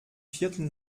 viertel